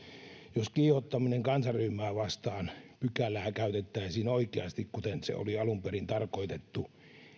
jos kiihottaminen kansanryhmää vastaan pykälää käytettäisiin oikeasti kuten se oli alun perin tarkoitettu